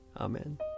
Amen